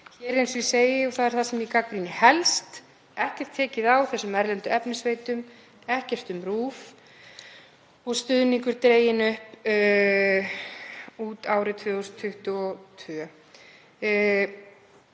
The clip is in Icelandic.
Hér er, og það er það sem ég gagnrýni helst, ekkert tekið á þessum erlendu efnisveitum, ekkert um RÚV og stuðningur er dreginn upp út árið 2022.